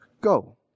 Go